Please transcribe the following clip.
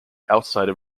outside